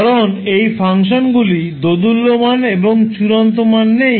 কারণ এই ফাংশনগুলি দোদুল্যমান এবং চূড়ান্ত মান নেই